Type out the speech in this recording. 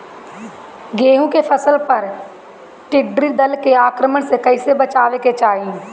गेहुँ के फसल पर टिड्डी दल के आक्रमण से कईसे बचावे के चाही?